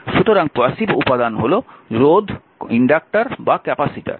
সুতরাং প্যাসিভ উপাদান হল রোধ ইন্ডাক্টর বা ক্যাপাসিটর